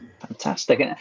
Fantastic